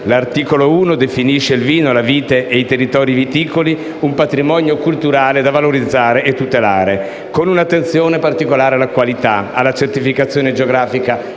L'articolo 1 definisce il vino, la vite e i territori viticoli un patrimonio culturale da valorizzare e tutelare, con un'attenzione particolare alla qualità, alla certificazione geografica